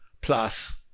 plus